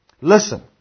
Listen